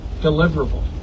deliverable